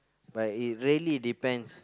but it really depends